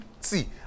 see